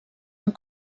amb